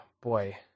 boy